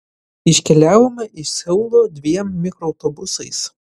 iškeliavome iš seulo dviem mikroautobusais